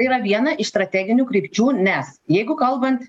tai yra viena iš strateginių krypčių nes jeigu kalbant